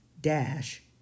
dash